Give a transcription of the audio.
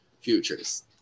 futures